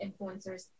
influencers